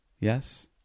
Yes